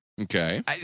Okay